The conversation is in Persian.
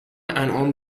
انعام